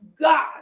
God